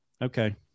Okay